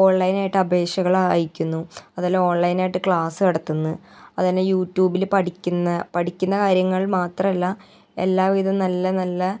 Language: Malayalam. ഓൺലൈനായിട്ട് അപേക്ഷകൾ അയക്കുന്നു അത്പോലെ ഓൺലൈനായിട്ട് ക്ലാസ്സ് നടത്തുന്നു അതിനെ യൂട്യൂബിൽ പഠിക്കുന്നു പഠിക്കുന്ന കാര്യങ്ങൾ മാത്രല്ല എല്ലാവിധ നല്ല നല്ല